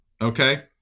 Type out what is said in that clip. okay